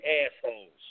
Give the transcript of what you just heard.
assholes